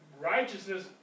righteousness